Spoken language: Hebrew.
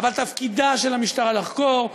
אבל תפקידה של המשטרה לחקור,